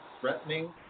threatening